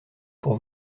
pour